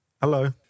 Hello